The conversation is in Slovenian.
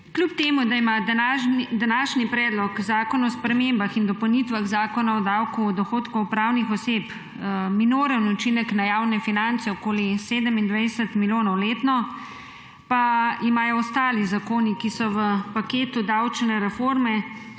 Kljub temu da ima današnji Predlog zakona o spremembah in dopolnitvah Zakona o davku od dohodkov pravnih oseb minoren učinek na javne finance, okoli 87 milijonov letno, pa imajo ostali zakoni, ki so v paketu davčne reforme,